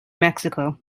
mexico